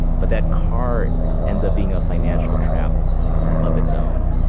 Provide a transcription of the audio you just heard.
but that car ends up being a financial trap of its own.